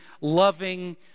loving